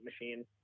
machine